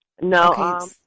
No